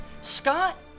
Scott